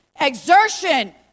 exertion